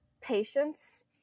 patience